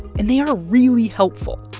and they are really helpful,